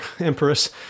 empress